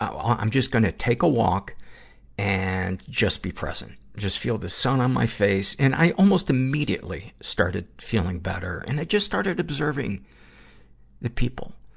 um ah i'm just gonna take a walk and just be present. just feel the sun on my face. and i almost immediately started feeling. and i just started observing the people.